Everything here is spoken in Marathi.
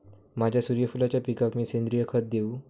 माझ्या सूर्यफुलाच्या पिकाक मी सेंद्रिय खत देवू?